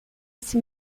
esse